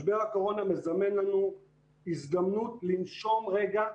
משבר הקורונה מזמן לנו הזדמנות לנשום רגע,